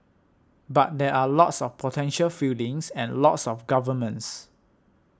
but there are lots of potential feelings and lots of governments